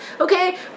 Okay